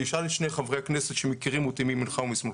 תשאל את שני חברי הכנסת שמכירים אותי מימינך ומשמאלך.